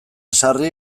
sarri